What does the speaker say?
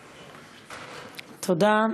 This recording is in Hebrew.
תודה.